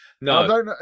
No